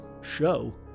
show